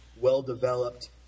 well-developed